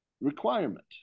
requirement